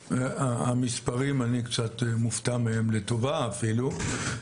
המספרים אני קצת מופתע מהם לטובה אפילו,